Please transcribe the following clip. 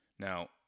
Now